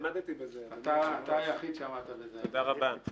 האם מדובר בזמן שהם בהיתר מת"ק, האם